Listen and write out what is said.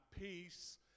peace